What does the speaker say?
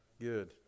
good